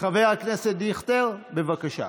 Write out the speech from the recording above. חבר הכנסת דיכטר, בבקשה.